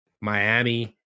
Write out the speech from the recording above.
Miami